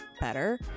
better